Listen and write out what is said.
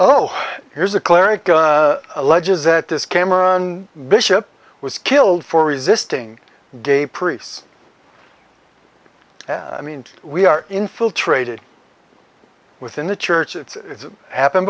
oh here's a cleric alleges that this cameron bishop was killed for resisting gay priests i mean we are infiltrated within the church it's happened